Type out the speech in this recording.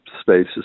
spaces